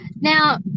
now